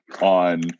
on